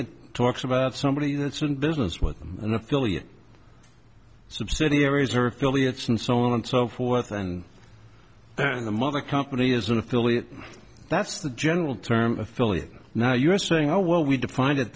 it talks about somebody that's in business with them and affiliate subsidiaries or affiliates and so on and so forth and the mother company is an affiliate that's the general term affiliate now you're saying oh well we defined